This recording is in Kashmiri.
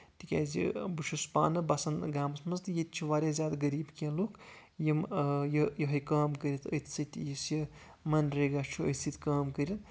تِکیٚازِ بہٕ چُھس پانہٕ بَسان گامَس منٛز تہٕ ییٚتہِ چھِ واریاہ زیادٕ غریٖب کیٚنٛہہ لُکھ یِم یہوٚے کٲم کٔرِتھ أتھۍ سۭتۍ یُس یہِ منریگا چھُ أتھۍ سۭتۍ کٲم کٔرِتھ